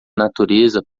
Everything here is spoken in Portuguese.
natureza